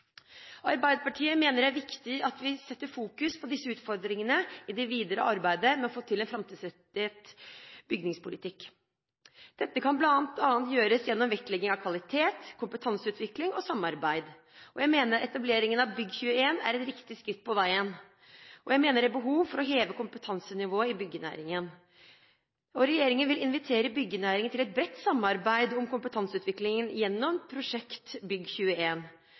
Arbeiderpartiet mener det er viktig at vi setter fokus på disse utfordringene i det videre arbeidet med å få til en framtidsrettet bygningspolitikk. Dette kan bl.a. gjøres gjennom vektlegging av kvalitet, kompetanseutvikling og samarbeid. Jeg mener etableringen av Bygg21 er et riktig skritt på veien, og jeg mener det er behov for å heve kompetansenivået i byggenæringen. Regjeringen vil invitere byggenæringen til et bredt samarbeid om kompetanseutvikling gjennom